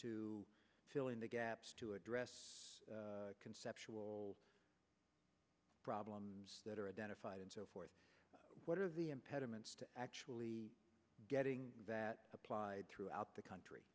to fill in the gaps to address the conceptual problems that are identified and so forth what are the impediments to actually getting that applied throughout the country